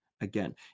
again